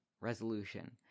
resolution